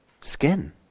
skin